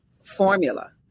formula